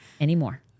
anymore